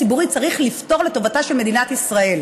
הציבורי צריך לפתור לטובתה של מדינת ישראל.